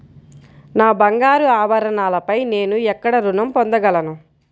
నా బంగారు ఆభరణాలపై నేను ఎక్కడ రుణం పొందగలను?